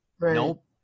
nope